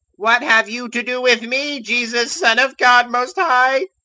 what have you to do with me, jesus, son of god most high?